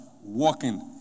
walking